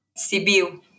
Sibiu